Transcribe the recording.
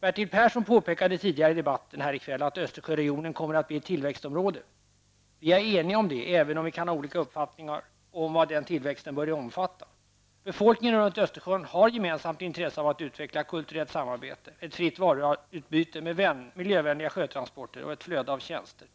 Bertil Persson påpekade tidigare i debatten här i kväll att Östersjöregionen kommer att bli ett tillväxtområde. Vi är eniga om det, även om vi kan ha olika uppfattningar om vad den tillväxten bör omfatta. Befolkningen runt Östersjön har gemensamt intresse av att utveckla kulturellt samarbete, ett fritt varuutbyte med miljövänliga sjötransporter och ett flöde av tjänster.